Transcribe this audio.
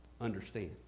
understand